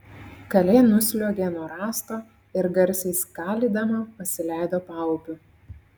kalė nusliuogė nuo rąsto ir garsiai skalydama pasileido paupiu